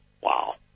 Wow